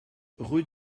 rue